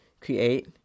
create